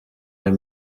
aya